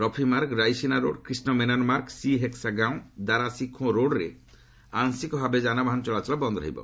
Rafi Marg Raisina road Krishna Menon Marg C hexagon Dara Shikoh ରୋଡ୍ରେ ଆଂଶିକ ଭାବେ ଯାନବାହାନ ଚଳାଚଳ ବନ୍ଦ ରହିବ